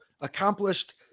accomplished